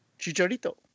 Chicharito